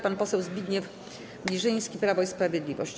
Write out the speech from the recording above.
Pan poseł Zbigniew Girzyński, Prawo i Sprawiedliwość.